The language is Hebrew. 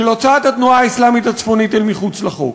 של הוצאת התנועה האסלאמית הצפונית אל מחוץ לחוק.